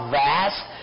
vast